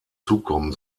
zukommen